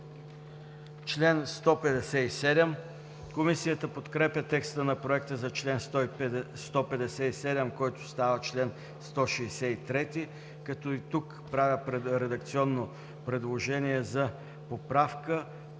чл. 161. Комисията подкрепя текста на Проекта за чл. 157, който става чл. 163. Тук правя редакционно предложение за поправка